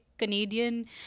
Canadian